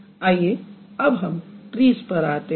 आइए अब हम ट्रीज़ पर आते हैं